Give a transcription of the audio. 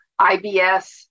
IBS